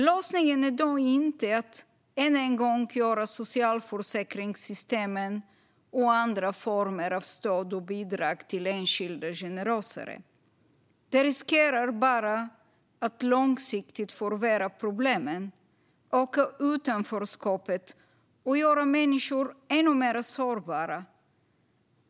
Lösningen är då inte att än en gång göra socialförsäkringssystemen och andra former av stöd och bidrag till enskilda generösare. Det riskerar bara att långsiktigt förvärra problemen, öka utanförskapet och göra människor ännu mer sårbara.